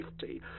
safety